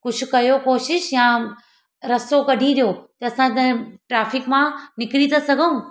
कुझु कयो कोशिश या रस्तो कढी ॾियो त असां त ट्राफ़िक मां निकिरी त सघूं